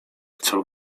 chcę